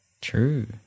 true